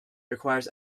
requires